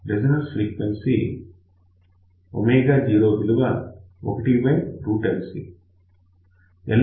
resonance frequency omega zero విలువ 1LC L 16